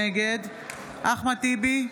נגד אחמד טיבי,